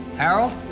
Harold